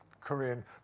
Korean